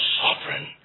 sovereign